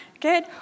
Good